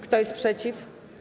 Kto jest przeciw?